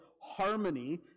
harmony